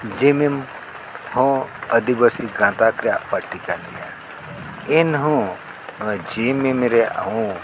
ᱡᱮ ᱮᱢ ᱮᱢ ᱦᱚᱸ ᱟᱹᱫᱤᱵᱟᱹᱥᱤ ᱜᱟᱸᱛᱟᱠ ᱨᱮᱱᱟᱜ ᱯᱟᱨᱴᱤᱠᱟᱱ ᱜᱮᱭᱟ ᱮᱱᱦᱚᱸ ᱱᱚᱣᱟ ᱡᱮ ᱮᱢ ᱮᱢ ᱨᱮᱱᱟᱜ ᱦᱚᱸ